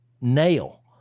nail